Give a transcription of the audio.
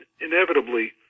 inevitably